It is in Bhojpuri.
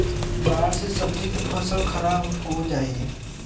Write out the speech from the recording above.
बाढ़ से सब्जी क फसल खराब हो जाई